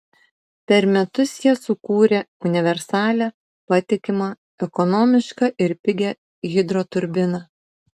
per metus jie sukūrė universalią patikimą ekonomišką ir pigią hidroturbiną